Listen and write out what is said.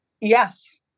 Yes